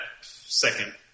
second